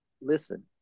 listen